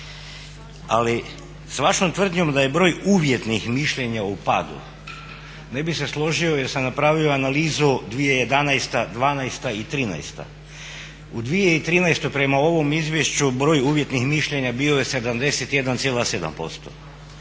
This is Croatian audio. Ali s vašom tvrdnjom da je broj uvjetnih mišljenja u padu ne bi se složio jer sam napravio analizu 2011., 2012. i 2013. U 2013. prema ovom izvješću broj uvjetnih mišljenja bio je 71,7%,